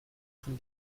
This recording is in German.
von